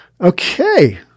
Okay